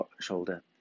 shoulder